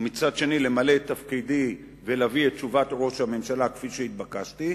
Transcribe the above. ומצד שני למלא את תפקידי ולהביא את תשובת ראש הממשלה כפי שהתבקשתי,